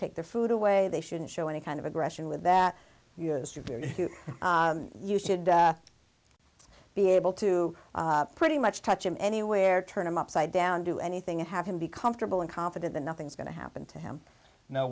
take their food away they shouldn't show any kind of aggression with that yesterday you should be able to pretty much touch him anywhere turn him upside down do anything and have him be comfortable and confident that nothing's going to happen to him no